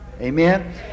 Amen